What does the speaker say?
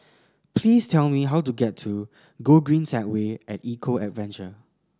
please tell me how to get to Gogreen Segway At Eco Adventure